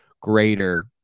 greater